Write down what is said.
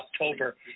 October